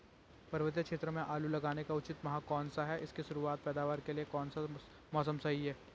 पर्वतीय क्षेत्रों में आलू लगाने का उचित माह कौन सा है इसकी शुरुआती पैदावार के लिए कौन सा मौसम सही है?